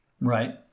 Right